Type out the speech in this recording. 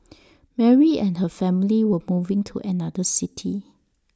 Mary and her family were moving to another city